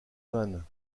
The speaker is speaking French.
vannes